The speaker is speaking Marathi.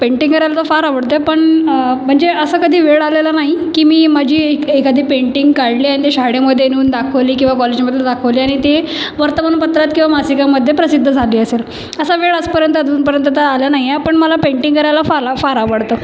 पेंटिंग करायला तर फार आवडते पण म्हणजे असं कधी वेळ आलेला नाही की मी माझी एखादी पेंटिंग काढली आणि ते शाळेमध्ये नेऊन दाखवली किंवा कॉलेजमधलं दाखवली आणि ती वर्तमानपत्रात किंवा मासिकामध्ये प्रसिद्ध झाली असेल असा वेळ आजपर्यंत अजूनपर्यंत तर आला नाही आहे पण मला पेंटिंग करायला फाल फार आवडतं